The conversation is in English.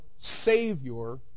Savior